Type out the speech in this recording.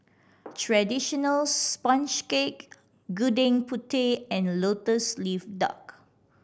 traditional sponge cake Gudeg Putih and Lotus Leaf Duck